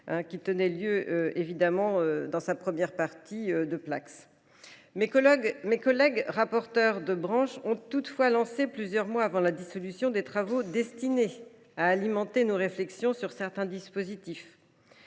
tenait lieu de Placss. Mes collègues rapporteurs de branche ont toutefois lancé, plusieurs mois avant la dissolution, des travaux destinés à alimenter nos réflexions sur certains dispositifs.